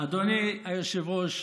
אדוני היושב-ראש,